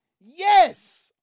Yes